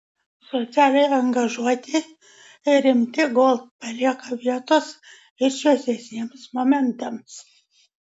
socialiai angažuoti ir rimti gold palieka vietos ir šviesesniems momentams